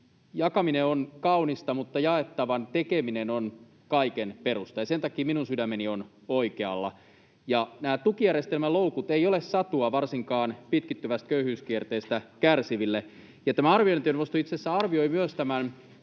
Jakaminen on kaunista, mutta jaettavan tekeminen on kaiken perusta, ja sen takia minun sydämeni on oikealla. Nämä tukijärjestelmäloukut eivät ole satua varsinkaan pitkittyvästä köyhyyskierteestä kärsiville. Tämä arviointineuvosto itse asiassa arvioi myös tämän